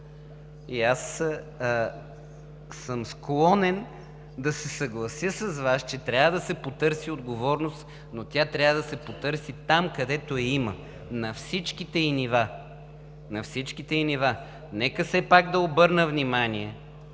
И аз съм склонен да се съглася с Вас, че трябва да се потърси отговорност, но тя трябва да се потърси там, където я има – на всичките ѝ нива. На всичките ѝ нива!